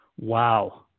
Wow